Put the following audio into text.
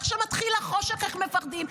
ואיך שמתחיל החושך הם מפחדים,